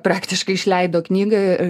praktiškai išleido knygą